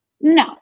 no